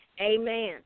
Amen